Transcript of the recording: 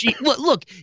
Look